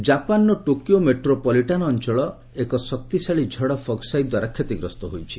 Japan ଜାପାନ୍ର Tokyo metropolitan ଅଞ୍ଚଳ ଏକ ଶକ୍ତିଶାଳୀ ଝଡ଼ ଫକ୍ସାଇ ଦ୍ୱାରା କ୍ଷତିଗ୍ରସ୍ତ ହୋଇଛି